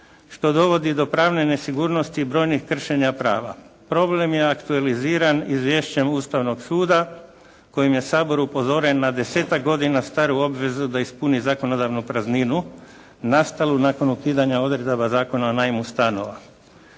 što dovodi do pravne nesigurnosti i brojnih kršenja prava. Problem je aktualiziran izvješćem Ustavnog suda kojim je Sabor upozoren na desetak godina staru obvezu da ispuni zakonodavnu prazninu nastalu nakon ukidanja odredaba Zakona o najmu stanova.